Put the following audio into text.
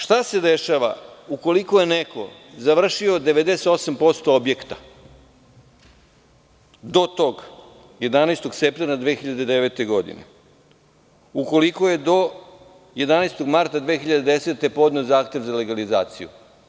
Šta se dešava ukoliko je neko završio 98% objekta do tog 11. septembra 2009. godine, ukoliko je do 11. marta 2010. godine podneo zahtev za legalizaciju?